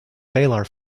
velar